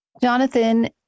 Jonathan